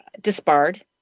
disbarred